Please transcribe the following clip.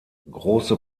große